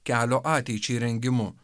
kelio ateičiai rengimu